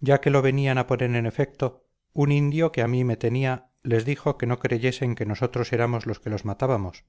ya que lo venían a poner en efecto un indio que a mí me tenía les dijo que no creyesen que nosotros éramos los que los matábamos